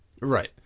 Right